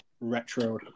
retro